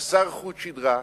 חסר חוט שדרה,